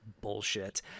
bullshit